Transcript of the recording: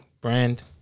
Brand